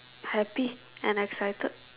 happy and excited